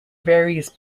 various